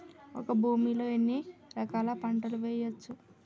ఒక భూమి లో ఎన్ని రకాల పంటలు వేయచ్చు?